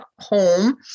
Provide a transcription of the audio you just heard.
home